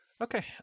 okay